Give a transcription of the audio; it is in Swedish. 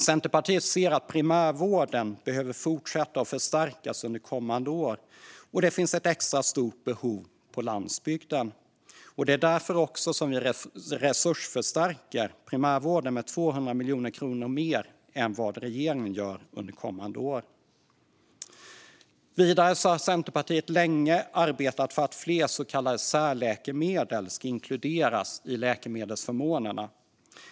Centerpartiet ser att primärvården behöver fortsätta att förstärkas under kommande år, och det finns ett extra stort behov på landsbygden. Därför resursförstärker vi primärvården med 200 miljoner kronor mer än vad regeringen gör under kommande år. Vidare har Centerpartiet länge arbetat för att fler så kallade särläkemedel ska inkluderas i läkemedelsförmånerna.